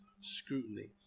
scrutiny